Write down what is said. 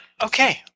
okay